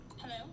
Hello